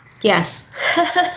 Yes